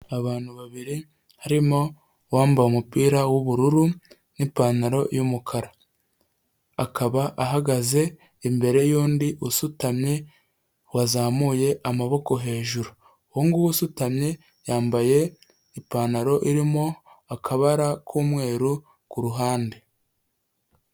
Abantu babiri harimo uwambaye umupira w'ubururu n'ipantaro y'umukara, akaba ahagaze imbere y'undi usutamye wazamuye amaboko hejuru, uwo nguwo usutamye yambaye ipantaro irimo akabara k'umweru ku ruhande.